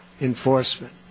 enforcement